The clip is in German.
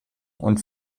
und